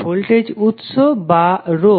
voltage উৎস অথবা রোধ